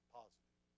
positive